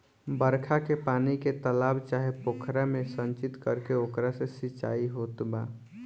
बरखा के पानी के तालाब चाहे पोखरा में संचित करके ओकरा से सिंचाई होत बा